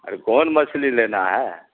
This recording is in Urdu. ارے کون مچھلی لینا ہے